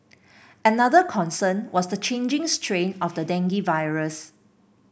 another concern was the changing strain of the dengue virus